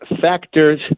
factors